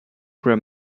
grab